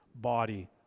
body